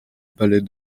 palais